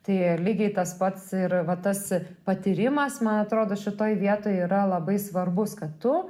tai lygiai tas pats ir va tas patyrimas man atrodo šitoj vietoj yra labai svarbus kad tu